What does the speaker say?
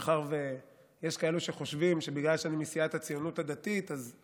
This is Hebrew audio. מאחר שיש כאלה שחושבים שבגלל שאני מסיעת היהדות הדתית אני